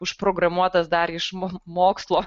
užprogramuotas dar iš mokslo